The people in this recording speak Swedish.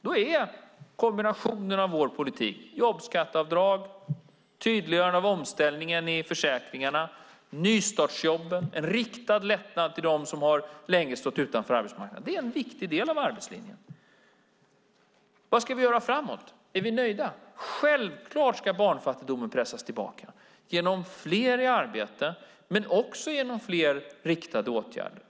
Då är kombinationen av vår politik - jobbskatteavdrag, tydliggörande av omställningen i försäkringarna, nystartsjobben och en riktad lättnad till dem som länge har stått utanför arbetsmarknaden - en viktig del av arbetslinjen. Vad ska vi göra framåt? Är vi nöjda? Självklart ska barnfattigdomen pressas tillbaka genom fler i arbete, men också genom fler riktade åtgärder.